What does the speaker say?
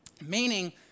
meaning